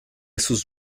sus